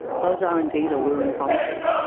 those are indeed alluring promises.